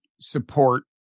support